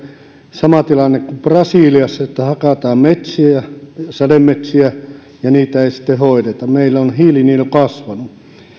sama tilanne kuin brasiliassa että hakataan sademetsiä ja niitä ei sitten hoideta meillä on hiilinielu kasvanut